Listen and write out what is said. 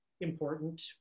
important